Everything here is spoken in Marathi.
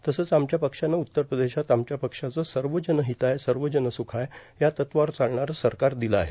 तसंच आमच्या पक्षानं उत्तर प्रदेशात आमच्या पक्षाचं सर्वजनहिताय सर्वजनसुखाय या तत्वावर चालणारं सरकार दिलं आहे